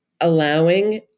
allowing